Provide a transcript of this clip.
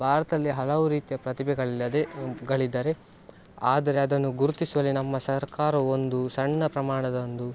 ಭಾರತದಲ್ಲಿ ಹಲವು ರೀತಿಯ ಪ್ರತಿಭೆಗಳಿಲ್ಲದೆ ಗಳಿದ್ದರೆ ಆದರೆ ಅದನ್ನು ಗುರುತಿಸುವಲ್ಲಿ ನಮ್ಮ ಸರ್ಕಾರವು ಒಂದು ಸಣ್ಣ ಪ್ರಮಾಣದ ಒಂದು